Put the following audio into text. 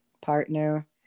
partner